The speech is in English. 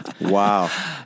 Wow